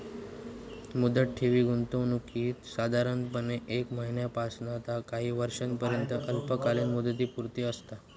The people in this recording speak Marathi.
मुदत ठेवी गुंतवणुकीत साधारणपणे एक महिन्यापासना ता काही वर्षांपर्यंत अल्पकालीन मुदतपूर्ती असता